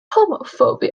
homophobia